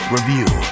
Review